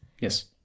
yes